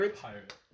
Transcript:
Pirate